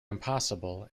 impossible